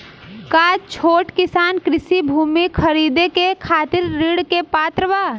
का छोट किसान कृषि भूमि खरीदे के खातिर ऋण के पात्र बा?